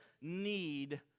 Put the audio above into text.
need